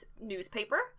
newspaper